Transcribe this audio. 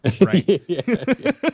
right